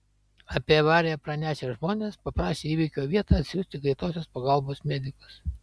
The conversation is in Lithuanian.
apie avariją pranešę žmonės paprašė į įvykio vietą atsiųsti greitosios pagalbos medikus